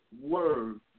word